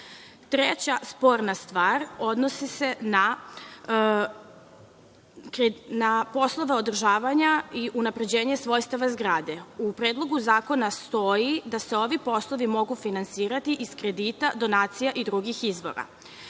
sporna stvar odnosi se na poslove održavanja i unapređenja svojstava zgrade. U Predlogu zakona stoji da se ovi poslovi mogu finansirati iz kredita, donacija i drugih izvora.